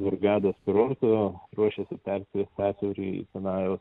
hurgados kurorto ruošiasi perskrist sąsiaurį sinajaus